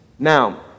Now